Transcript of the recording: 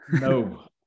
No